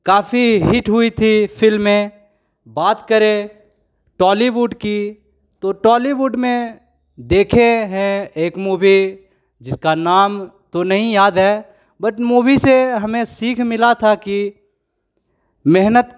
काफी हिट हुई थी फिल्में बात करें टॉलीवुड की तो टॉलीवुड में देखे हैं एक मूवी जिसका नाम तो नहीं याद है बट मूवी से हमें सीख मिला था कि मेहनत